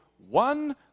One